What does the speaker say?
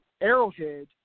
Arrowhead